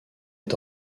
est